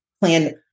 plan